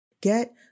Get